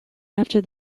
after